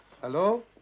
Hello